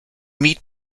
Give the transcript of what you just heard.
meat